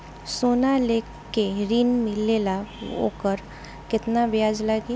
सोना लेके ऋण मिलेला वोकर केतना ब्याज लागी?